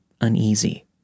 uneasy